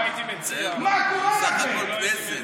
לא הייתי מציע, זה בסך הכול כנסת.